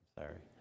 sorry